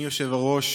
אדוני היושב-ראש,